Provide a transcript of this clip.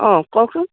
অঁ কওকচোন